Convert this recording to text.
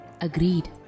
Agreed